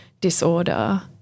disorder